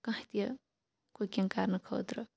کانٛہہ تہِ کُکِنٛگ کَرنہٕ خٲطرٕ